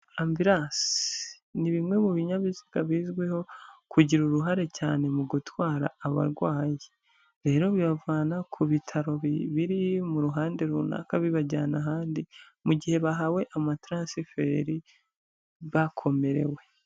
Ambulanse, ni bimwe mu binyabiziga bizwiho kugira uruhare cyane, mu gutwara abarwayi, rero biyavana ku bitaro biri mu ruhande runaka bibajyana ahandi, mu gihe bahawe amataransiferi bakomerewe.